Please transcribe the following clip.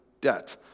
debt